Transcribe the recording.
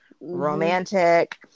romantic